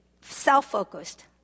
self-focused